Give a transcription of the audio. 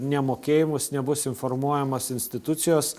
nemokėjimus nebus informuojamos institucijos